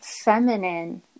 feminine